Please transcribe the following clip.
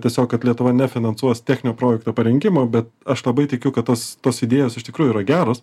tiesiog kad lietuva nefinansuos techninio projekto parengimo be aš labai tikiu kad tos tos idėjos iš tikrųjų yra geros